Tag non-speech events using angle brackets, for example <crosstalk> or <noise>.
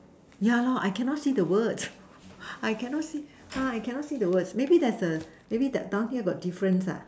yeah lor I cannot see the words <breath> I cannot see ah I cannot see the words maybe there's a maybe that down things got difference ah